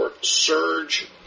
surge